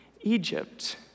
Egypt